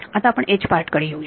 आता आपण पार्ट कडे येऊया